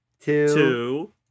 two